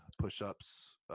push-ups